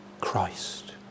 Christ